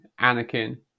Anakin